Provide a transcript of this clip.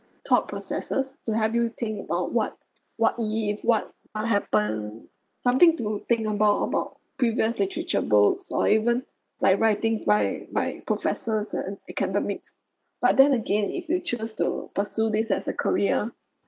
thought processes to help you think about what what if what what happen something to think about about previous literature books or even like writings by by professors and academics but then again if you choose to pursue this as a career